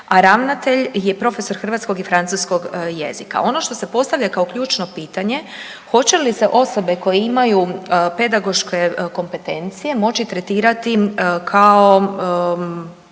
a ravnatelj je profesor hrvatskog i francuskog jezika. Ono što se postavlja kao ključno pitanje hoće li se osobe koje imaju pedagoške kompetencije moći tretirati kao